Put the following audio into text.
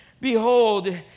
Behold